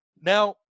Now